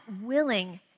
willing